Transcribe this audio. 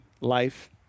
life